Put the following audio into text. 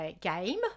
game